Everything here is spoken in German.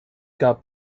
gab